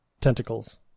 tentacles